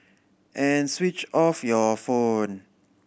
and switch off your phone